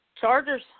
Chargers